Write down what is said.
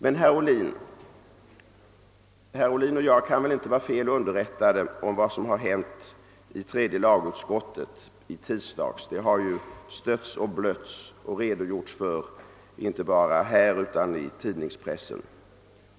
Men herr Ohlin och jag kan väl inte vara felaktigt underrättade om vad som hände i tredje lagutskottet i tisdags — det har ju stötts och blötts inte bara här i riksdagen utan också i tidningspressen.